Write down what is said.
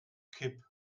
kipp